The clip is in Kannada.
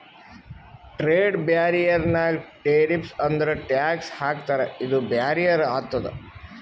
ಟ್ರೇಡ್ ಬ್ಯಾರಿಯರ್ ನಾಗ್ ಟೆರಿಫ್ಸ್ ಅಂದುರ್ ಟ್ಯಾಕ್ಸ್ ಹಾಕ್ತಾರ ಇದು ಬ್ಯಾರಿಯರ್ ಆತುದ್